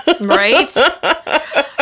Right